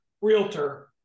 realtor